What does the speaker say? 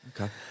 Okay